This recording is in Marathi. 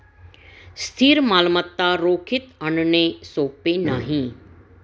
स्थिर मालमत्ता रोखीत आणणे सोपे नाही